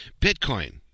Bitcoin